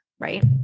Right